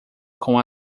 com